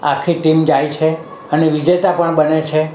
આખી ટીમ જાય છે અને વિજેતા પણ બને છે